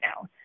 now